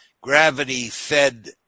gravity-fed